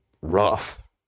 rough